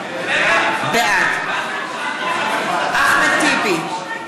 בעד אחמד טיבי,